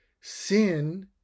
Sin